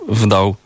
wdał